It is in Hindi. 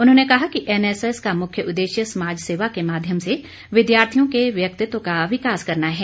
उन्होंने कहा कि एनएसएस का मुख्य उद्देश्य समाज सेवा के माध्यम से विद्यार्थियों के व्यक्तित्व का विकास करना है